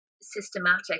systematic